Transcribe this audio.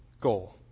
goal